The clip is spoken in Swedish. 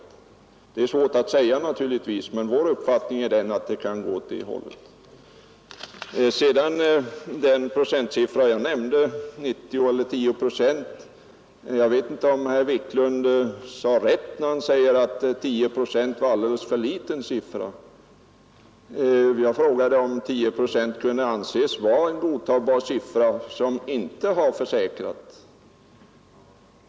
Det är naturligtvis svårt att säga hur det blir, men vår uppfattning är att det kan gå åt det hållet. Nr 81 De siffror jag DR var 90 respektive 10 procent. Jag vet inte om Torsdagen den herr Wiklund sade rätt när han yttrade att 10 procent var en alldeles för 18 maj 1972 liten siffra. Jag frågade om 10 procent kunde anses vara en godtagbar = siffra när det gäller dem som inte har försäkrat.